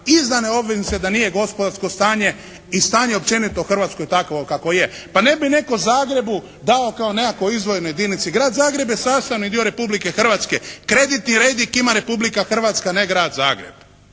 izdane obveznice da nije gospodarsko stanje i stanje općenito u Hrvatskoj takvo kakvo je? Pa ne bi netko Zagrebu dao kao nekakvoj izdvojenoj jedinici. Grad Zagreb je sastavni dio Republike Hrvatske. Kreditni rejting ima Republika Hrvatska, a ne Grad Zagreb.